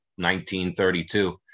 1932